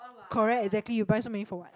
correct exactly you buy so many for what